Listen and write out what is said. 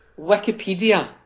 Wikipedia